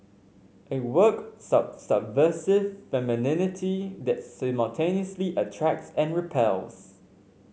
a work subversive femininity that simultaneously attracts and repels